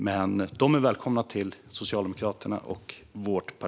Men de är välkomna till Socialdemokraterna.